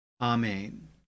Amen